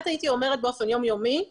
ויום יום עם